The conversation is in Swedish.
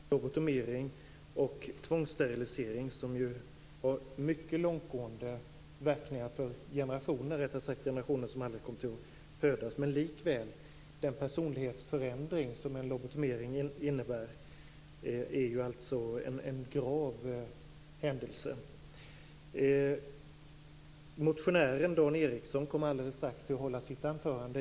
Fru talman! Jag vill inte medge att det ligger en skillnad mellan lobotomering och tvångssterilisering, som ju får mycket långtgående verkningar för generationer - rättare sagt för generationer som aldrig kommer att födas. Likväl är den personlighetsförändring som en lobotomering innebär en grav händelse. Motionären Dan Ericsson kommer alldeles strax att hålla sitt anförande.